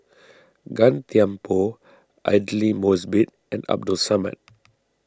Gan Thiam Poh Aidli Mosbit and Abdul Samad